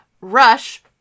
Rush